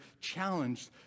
challenged